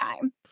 time